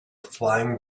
flying